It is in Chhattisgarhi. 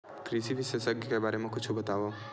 कृषि विशेषज्ञ के बारे मा कुछु बतावव?